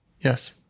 Yes